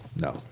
No